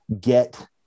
get